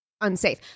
unsafe